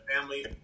Family